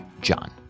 John